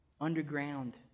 Underground